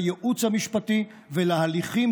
לייעוץ המשפטי ולהליכים,